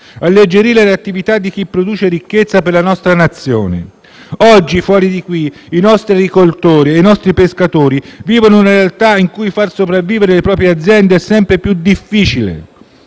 alleggerire l'attività di chi produce ricchezza per la nostra Nazione. Oggi, fuori di qui, i nostri agricoltori e i nostri pescatori vivono una realtà in cui far sopravvivere le proprie aziende è sempre più difficile.